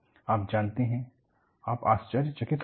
आप जानते हैं आप आश्चर्यचकित होंगे